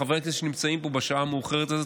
לחברי כנסת שנמצאים פה בשעה המאוחרת הזאת.